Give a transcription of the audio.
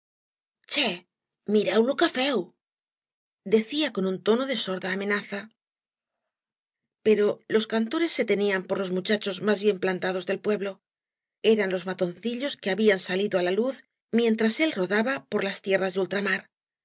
lo que feu decía con un tono de borda amecaza pero icb canicreb be tenían por los muchachos máb bien plantados del puebio eran iob matonci llob que habían salido á la luz mientras él rodaba per las tierras de ultramar